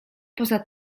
poza